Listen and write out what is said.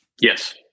Yes